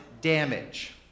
damage